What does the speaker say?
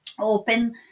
open